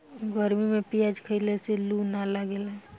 गरमी में पियाज खइला से लू ना लागेला